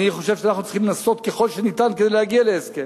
אני חושב שאנחנו צריכים לנסות ככל שאפשר להגיע להסכם,